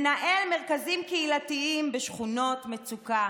מנהל מרכזים קהילתיים בשכונות מצוקה,